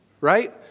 right